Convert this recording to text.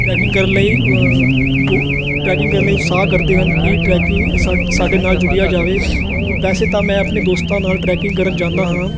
trekking ਕਰਨ ਲਈ trekking ਕਰਨ ਲਈ ਉਤਸ਼ਾਹ ਕਰਦੇ ਹਨ ਕਿ ਟਰੈਕਿੰਗ ਸ ਸਾਡੇ ਨਾਲ ਜੁੜਿਆ ਜਾਵੇ ਵੈਸੇ ਤਾਂ ਮੈਂ ਆਪਣੇ ਦੋਸਤਾਂ ਨਾਲ ਟਰੈਕਿੰਗ ਕਰਨ ਜਾਂਦਾ ਹਾਂ